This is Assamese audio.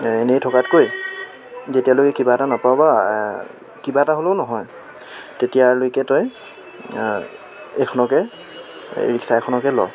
এনেই থকাতকৈ যেতিয়ালৈকে কিবা এটা নাপাবা কিবা এটা হ'লেও নহয় তেতিয়ালৈকে তই এইখনকে এই ৰিক্সা এখনকে ল